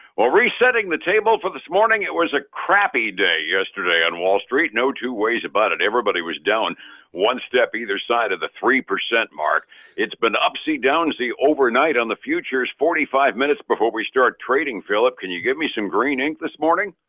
well, resetting the table for this morning it was a crappy day yesterday on wall street, no two ways about it. everybody was down one step, either side of the three percent mark it's been upsie-downsie overnight on the futures. forty five minutes before we start trading, phillip, can you give me some green ink this morning?